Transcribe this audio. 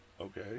Okay